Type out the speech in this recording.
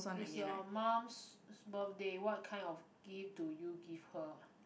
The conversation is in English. is your mum's birthday what kind of gift do you give her